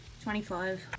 Twenty-five